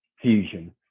fusion